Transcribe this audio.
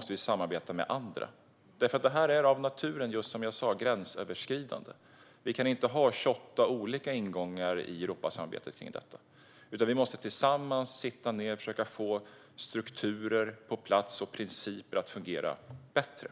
Som jag sa är detta av naturen gränsöverskridande, och vi kan inte ha 28 olika ingångar till detta i Europasamarbetet. Vi måste i stället tillsammans sitta ned och försöka få strukturer på plats och principer att fungera bättre.